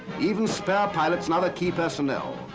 even spare pilots, now that key personnel,